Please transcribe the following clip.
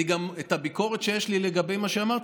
גם את הביקורת שיש לי לגבי מה שאמרתי,